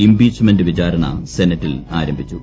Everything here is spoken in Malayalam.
ഇംപീച്ച്മെന്റ് വിചാരണ സെനറ്റിൽ ആരംഭിച്ചു